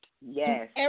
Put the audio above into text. Yes